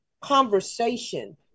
conversation